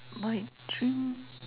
my dream